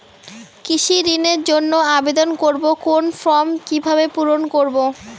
কৃষি ঋণের জন্য আবেদন করব কোন ফর্ম কিভাবে পূরণ করব?